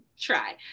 Try